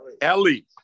Ellie